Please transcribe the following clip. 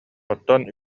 оттон